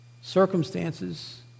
circumstances